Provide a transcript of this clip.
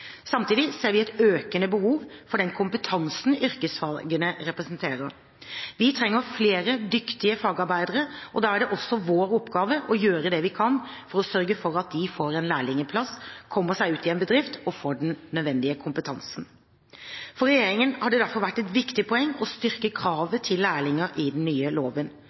Samtidig ser vi et økende behov for den kompetansen yrkesfagene representerer. Vi trenger flere dyktige fagarbeidere, og da er det også vår oppgave å gjøre det vi kan for å sørge for at de får en lærlingplass, kommer seg ut i en bedrift og får den nødvendige kompetansen. For regjeringen har det derfor vært et viktig poeng å styrke kravet til lærlinger i den nye loven.